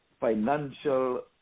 financial